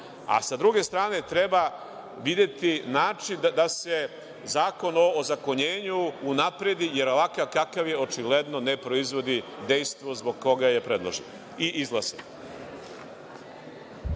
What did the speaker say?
a sa druge strane treba videti način da se Zakon o ozakonjenju unapredi, jer ovakav kakav je očigledno ne proizvodi dejstvo zbog koga je predložen i izglasan.